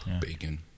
Bacon